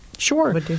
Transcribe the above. Sure